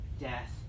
death